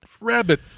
rabbit